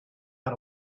out